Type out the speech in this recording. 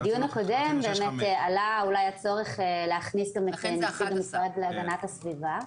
בדיון הקודם באמת עלה אולי הצורך להכניס גם את נציג המשרד להגנת הסביבה,